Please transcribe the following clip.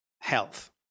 health